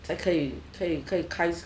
才可以可以可以开始